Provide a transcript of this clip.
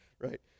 Right